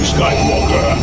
Skywalker